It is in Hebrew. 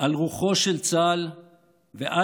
של רוחו של צה"ל ומפקדיו,